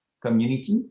community